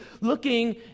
looking